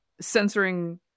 Censoring